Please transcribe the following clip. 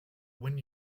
when